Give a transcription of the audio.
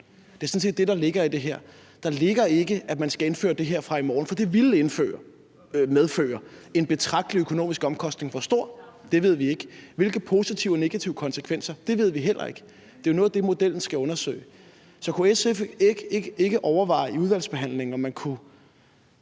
Det er sådan set det, der ligger i det her. Der ligger ikke, at man skal indføre det her fra i morgen, for det ville medføre en betragtelig økonomisk omkostning. Hvor stor ved vi ikke, og hvilke positive og negative konsekvenser ved vi heller ikke. Det er jo noget af det, modellen skal undersøge. Så kunne SF ikke overveje i udvalgsbehandlingen, om man kunne